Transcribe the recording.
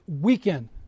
weekend